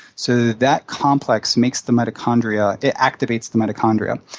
so that complex makes the mitochondria it activates the mitochondria.